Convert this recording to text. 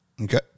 Okay